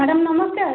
madam ନମସ୍କାର